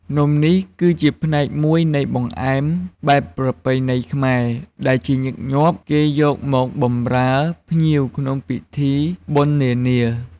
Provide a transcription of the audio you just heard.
នំនេះគឺជាផ្នែកមួយនៃបង្អែមបែបប្រពៃណីខ្មែរដែលជាញឹកញាប់គេយកមកបម្រើភ្ញៀវក្នុងពិធីបុណ្យនាៗ។